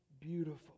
beautiful